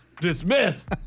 Dismissed